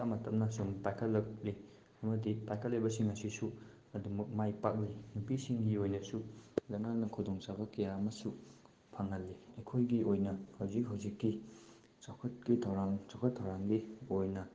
ꯇꯞꯅ ꯇꯞꯅ ꯁꯨꯝ ꯄꯥꯏꯈꯠꯂꯛꯂꯤ ꯑꯃꯗꯤ ꯄꯥꯏꯈꯠꯂꯛꯂꯤꯕꯁꯤꯡ ꯑꯁꯤꯁꯨ ꯑꯗꯨꯃꯛ ꯃꯥꯏ ꯄꯥꯛꯂꯤ ꯅꯨꯄꯤꯁꯤꯡꯒꯤ ꯑꯣꯏꯅꯁꯨ ꯂꯩꯉꯥꯛꯅ ꯈꯨꯗꯣꯡꯆꯥꯕ ꯀꯌꯥ ꯑꯃꯁꯨ ꯐꯪꯍꯜꯂꯤ ꯑꯩꯈꯣꯏꯒꯤ ꯑꯣꯏꯅ ꯍꯧꯖꯤꯛ ꯍꯧꯖꯤꯛꯀꯤ ꯆꯥꯎꯈꯠꯄꯒꯤ ꯊꯧꯔꯥꯡ ꯆꯠꯈꯠ ꯊꯧꯔꯥꯡꯒꯤ ꯑꯣꯏꯅ